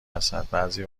ازحد، بعضی